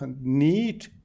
need